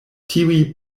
tiuj